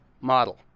model